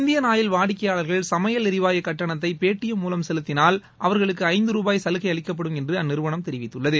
Indian Oil வாடிக்கையாளர்கள் சமையல் எரிவாயு கட்டணத்தை பேடிஎம் மூலம் செலுத்தினால் அவர்களுக்கு ஐந்து ரூபாய் சலுகை அளிக்கப்படும் என்று அந்நிறுவனம் தெரிவித்துள்ளது